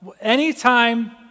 anytime